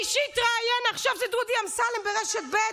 מי שהתראיין עכשיו זה דודי אמסלם ברשת ב',